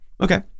Okay